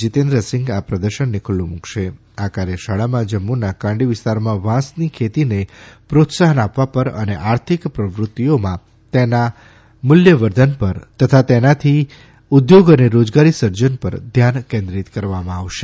જીતેન્દ્ર સિંઘ આ પ્રદર્શનને ખુલ્લુ મુકશે આ કાર્યશાળામાં જમ્મુના કાંડી વિસ્તારમાં વાંસની ખેતીને પ્રોત્સાહન આપવા પર અને આર્થિક પ્રવૃત્તિઓમાં તેના મૂલ્યવર્ધન પર તથા તેનાથી ઉદ્યોગ અને રોજગારી સર્જન પર ધ્યાન કેન્દ્રિત કરાશે